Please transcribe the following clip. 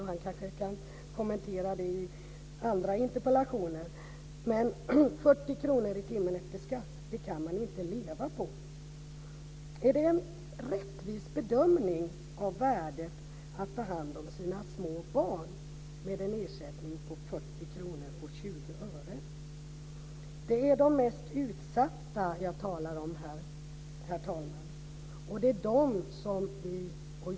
Han kan kanske kommentera det i andra interpellationsdebatter. Man kan inte leva på 40 kr i timmen efter skatt. Är det en rättvis bedömning av värdet att ta hand om sina små barn med en ersättning på 40 kr och 20 öre? Det är de mest utsatta jag talar om här, herr talman.